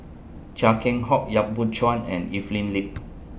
Chia Keng Hock Yap Boon Chuan and Evelyn Lip